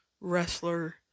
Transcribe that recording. wrestler